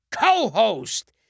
co-host